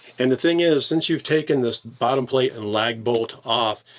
and the thing is, since you've taken this bottom plate and lag bolt off,